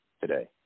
today